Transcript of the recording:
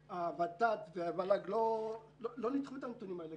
הות"ת והמל"ג לא ניתחו את הנתונים האלה.